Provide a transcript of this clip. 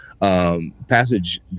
passage